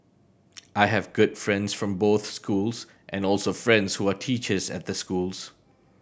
I have good friends from both schools and also friends who are teachers at the schools